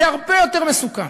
זה הרבה יותר מסוכן.